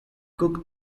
cook